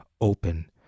open